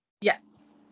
Yes